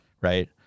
Right